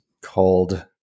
called